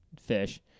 fish